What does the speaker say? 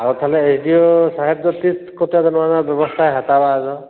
ᱟᱫᱚ ᱛᱟᱦᱚᱞᱮ S D O ᱥᱟᱦᱮᱵᱽ ᱫᱚ ᱛᱤᱥ ᱠᱚᱛᱮ ᱱᱚᱣᱟ ᱨᱮᱱᱟᱜ ᱵᱮᱵᱚᱥᱛᱷᱟᱭ ᱦᱟᱛᱟᱣᱟ ᱟᱫᱚ